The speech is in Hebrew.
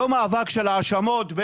לא מאבק של האשמות,